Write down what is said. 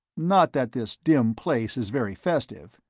not that this dim place is very festive.